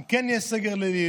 אם כן יהיה סגר לילי,